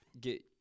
get